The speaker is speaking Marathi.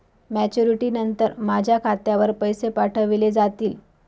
मॅच्युरिटी नंतर माझ्या खात्यावर पैसे पाठविले जातील?